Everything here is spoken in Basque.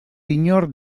inor